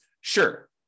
Sure